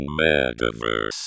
Metaverse